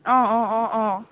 অঁ অঁ অঁ অঁ